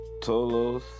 Tolos